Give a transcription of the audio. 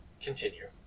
Continue